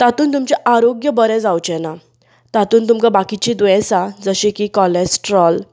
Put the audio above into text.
तातूंत तुमचें आरोग्य बरें जावचें ना तातूंत तुमकां बाकीचीं दुयेसां जशें की कॉलेस्ट्रोल